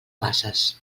bases